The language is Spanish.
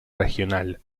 regional